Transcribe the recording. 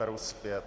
Beru zpět.